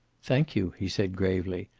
thank you, he said gravely.